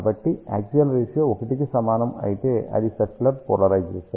కాబట్టి axial ratio 1 కి సమానం అయితే అది సర్క్యులర్ పోలరైజేషన్